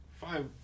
Five